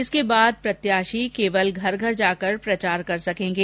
इसके बाद प्रत्याशी घर घर जाकर प्रचार कर सकेंगे